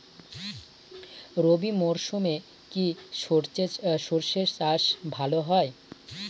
রবি মরশুমে কি সর্ষে চাষ ভালো হয়?